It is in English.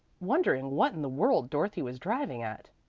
wondering what in the world dorothy was driving at.